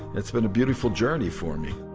it's been a beautiful journey for me